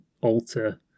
alter